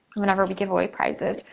whenever we give away prizes.